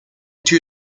two